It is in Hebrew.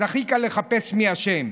אז הכי קל לחפש מי אשם.